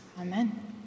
Amen